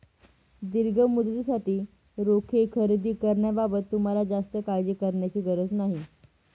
दीर्घ मुदतीसाठी रोखे खरेदी करण्याबाबत तुम्हाला जास्त काळजी करण्याची गरज नाही